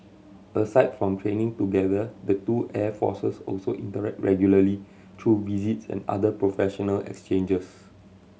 aside from training together the two air forces also interact regularly through visits and other professional exchanges